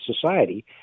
society